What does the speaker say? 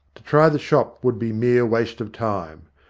to try the shop would be mere waste of time.